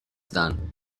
done